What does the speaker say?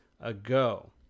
ago